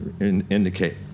indicate